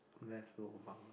best lobang